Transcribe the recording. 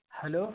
hello